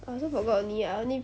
I also forgot I only I only